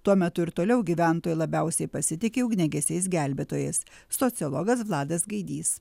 tuo metu ir toliau gyventojai labiausiai pasitiki ugniagesiais gelbėtojais sociologas vladas gaidys